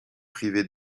privé